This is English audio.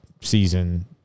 season